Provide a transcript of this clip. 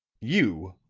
you,